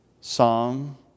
Psalm